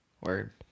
Word